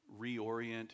reorient